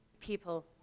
people